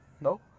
No